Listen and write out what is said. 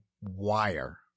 wire